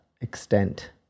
extent